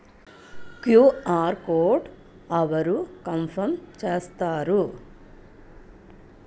QR code అవరు confirm చేస్తారు?